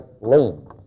lean